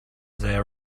they